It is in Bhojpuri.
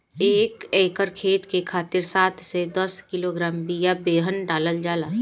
एक एकर खेत के खातिर सात से दस किलोग्राम बिया बेहन डालल जाला?